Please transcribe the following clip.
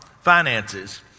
finances